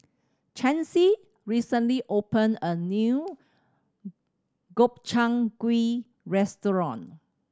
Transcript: Chancey recently opened a new Gobchang Gui Restaurant